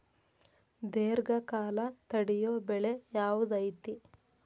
ದೇರ್ಘಕಾಲ ತಡಿಯೋ ಬೆಳೆ ಯಾವ್ದು ಐತಿ?